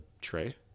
tray